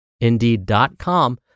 Indeed.com